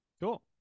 Cool